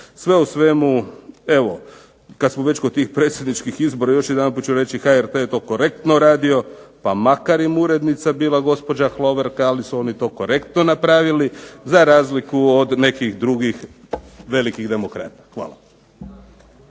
Sve u svemu, evo kad smo već kod tih predsjedničkih izbora još jedanput ću reći HRT je to korektno radio, pa makar im urednica bila gospođa Hloverka, ali su oni to korektno napravili, za razliku od nekih drugih velikih demokrata. Hvala.